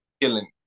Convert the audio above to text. Killing